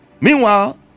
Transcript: meanwhile